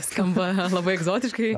skamba labai egzotiškai